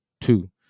two